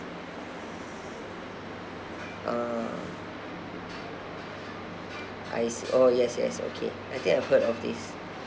uh I s~ oh yes yes okay I think I've heard of this